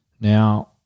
Now